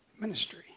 ministry